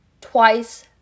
twice